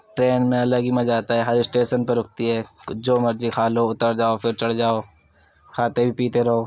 train میں الگ ہی مزہ آتا ہے ہر اسٹیشن پر رکتی ہے کچھ جو مرضی كھالو اتر جاؤ پھر چڑھ جاؤ كھاتے بھی پیتے رہو